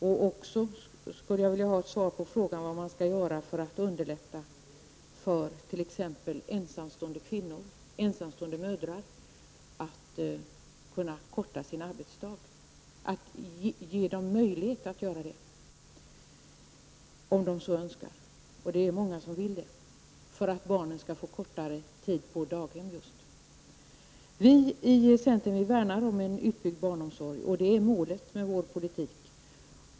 Jag skulle också vilja ha svar på frågan vad man skall göra för att underlätta för ensamstående mödrar att kunna korta sin arbetsdag -- om de så önskar. Det är många som vill ha det för att barnen skall få vistas kortare tid på daghem. Vi i centern värnar om en utbyggd barnomsorg. Det är målet med vår politik.